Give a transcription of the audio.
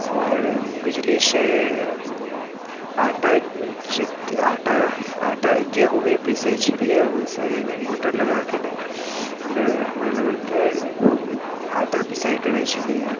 आओर बिजली सॅं आटा आटा आटा गेहूॅं भी पीसै छलियै ओहिसॅं मोटर लगाकेँ ने हमर लोकके आटा पिसाई करै छलियै